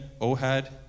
Ohad